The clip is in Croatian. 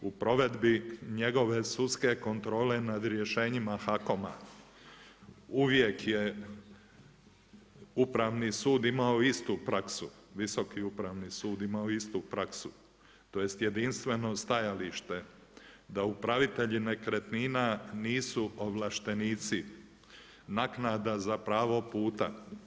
U provedbi njegove sudske kontrole nad rješenjima HAKOMA, uvijek je Visoku upravni sud imao istu praksu, tj. jedinstveno stajalište, da upravitelji nekretnina nisu ovlaštenici naknada za pravo puta.